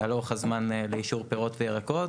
את אורך הזמן לאישור פירות וירקות.